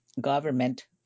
government